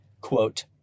quote